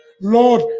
Lord